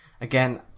Again